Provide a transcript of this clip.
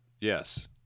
Yes